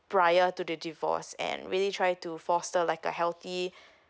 prior to the divorce and really try to foster like a healthy